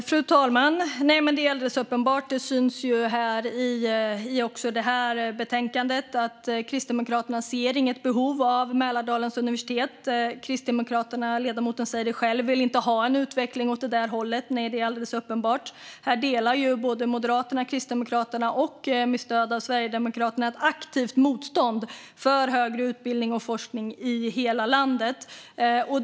Fru talman! Det är alldeles uppenbart och syns också i betänkandet att Kristdemokraterna inte ser något behov av Mälardalens universitet. Kristdemokraterna - ledamoten säger det själv - vill inte ha en utveckling åt det hållet. Nej, det är alldeles uppenbart. Här delar Moderaterna och Kristdemokraterna, med stöd av Sverigedemokraterna, ett aktivt motstånd mot högre utbildning och forskning i hela landet.